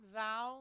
thou